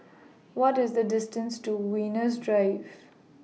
What IS The distance to Venus Drive